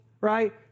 right